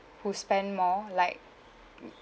who spend more like mm